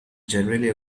generally